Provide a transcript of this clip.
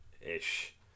ish